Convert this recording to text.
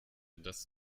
das